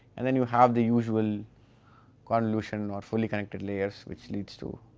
and then you have the usual convolution on fully connected layers which leads to,